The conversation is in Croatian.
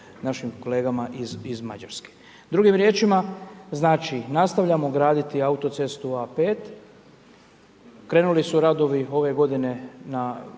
našim kolegama iz Mađarske. Drugim riječima, znači, nastavljamo graditi autocestu A5, krenuli su radovi ove g. prema